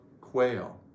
quail